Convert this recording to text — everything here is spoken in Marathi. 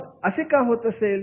मग असे का होत असेल